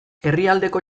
herrialdeko